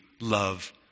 love